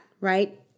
right